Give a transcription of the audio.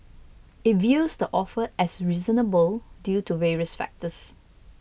it views the offer as reasonable due to various factors